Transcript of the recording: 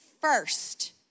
first